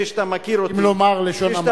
וכפי שאתה מכיר אותי אם לומר בלשון המעטה.